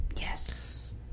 Yes